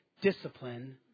discipline